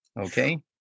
Okay